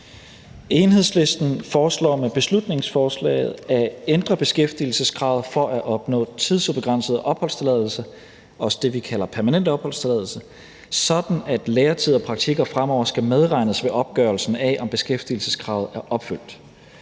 Enhedslisten foreslår med beslutningsforslaget at ændre beskæftigelseskravet for at opnå tidsubegrænset opholdstilladelse – også det, vi kalder permanent opholdstilladelse – sådan at lærertid og praktikker fremover skal medregnes ved opgørelsen af, om beskæftigelseskravet er opfyldt.